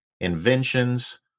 inventions